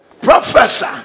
Professor